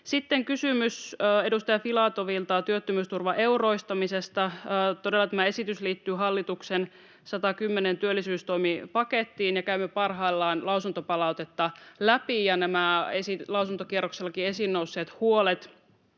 Sitten kysymys edustaja Filatovilta työttömyysturvan euroistamisesta: Todella tämä esitys liittyy hallituksen 110 miljoonan työllisyystoimipakettiin, ja käymme parhaillaan lausuntopalautetta läpi, ja nämä lausuntokierroksellakin esiin nousseet huolet